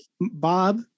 Bob